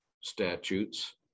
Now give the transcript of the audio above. statutes